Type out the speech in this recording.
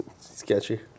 Sketchy